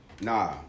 Nah